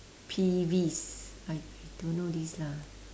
peeves I don't know this lah